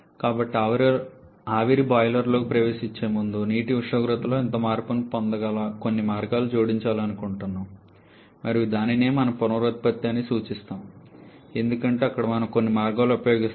కాబట్టి ఆవిరి బాయిలర్లోకి ప్రవేశించే ముందు నీటి ఉష్ణోగ్రతలో ఇంత మార్పును పొందగల కొన్ని మార్గాలను జోడించాలనుకుంటున్నాము మరియు దానినే మనము పునరుత్పత్తి అని సూచిస్తాము ఎందుకంటే అక్కడ మనం కొన్ని మార్గాలను ఉపయోగిస్తాము